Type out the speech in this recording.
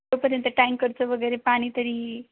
तोपर्यंत टँकरचं वगैरे पाणी तरी